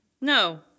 No